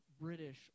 British